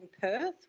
Perth